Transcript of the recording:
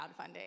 crowdfunding